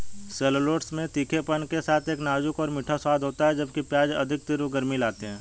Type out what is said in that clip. shallots में तीखेपन के साथ एक नाजुक और मीठा स्वाद होता है, जबकि प्याज अधिक तीव्र गर्मी लाते हैं